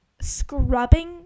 scrubbing